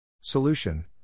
Solution